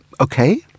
Okay